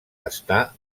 està